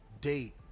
Date